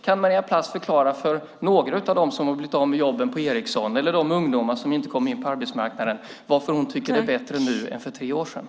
Kan Maria Plass förklara för några av dem som har blivit av med jobbet på Ericsson eller för några av de ungdomar som inte kommer in på arbetsmarknaden varför hon tycker att det är bättre nu än för tre år sedan?